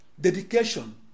dedication